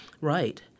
Right